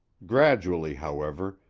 gradually, however,